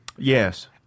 Yes